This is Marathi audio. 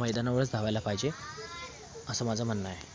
मैदानावरच धावायला पाहिजे असं माझं म्हणणं आहे